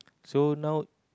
so now